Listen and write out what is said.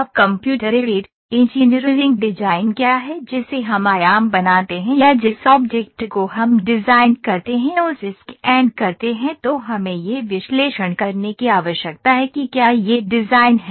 अब computer aided engineering design क्या है जिसे हम आयाम बनाते हैं या जिस ऑब्जेक्ट को हम डिज़ाइन करते हैं उसे स्कैन करते हैं तो हमें यह विश्लेषण करने की आवश्यकता है कि क्या यह डिज़ाइन है